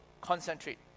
concentrate